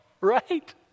right